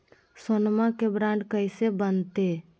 सोनमा के बॉन्ड कैसे बनते?